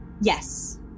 Yes